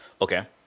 Okay